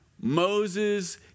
Moses